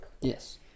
Yes